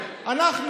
איילת,